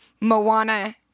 Moana